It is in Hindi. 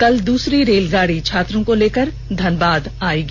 कल दूसरी रेलगाड़ी छात्रों को लेकर धनबाद आएगी